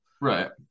right